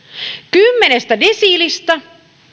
kymmenestä desiilistä